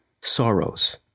Sorrows